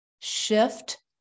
shift